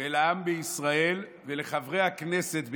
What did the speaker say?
לעם בישראל ולחברי הכנסת,